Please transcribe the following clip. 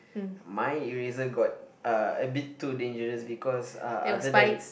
my eraser got uh a bit too dangerous because uh other then